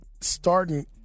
starting